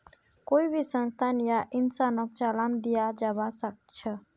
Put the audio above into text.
कोई भी संस्थाक या इंसानक चालान दियाल जबा सख छ